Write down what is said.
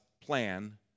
plan